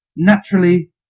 Naturally